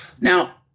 Now